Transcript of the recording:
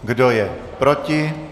Kdo je proti?